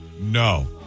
No